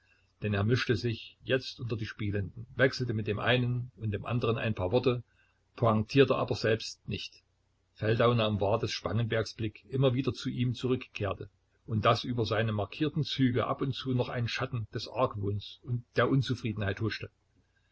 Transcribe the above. denn er mischte sich jetzt unter die spielenden wechselte mit dem einen und andern ein paar worte pointierte aber selbst nicht feldau nahm wahr daß spangenbergs blick immer wieder zu ihm zurückkehrte und daß über seine markierten züge ab und zu noch ein schatten des argwohns und der unzufriedenheit huschte